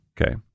Okay